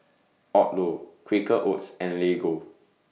Odlo Quaker Oats and Lego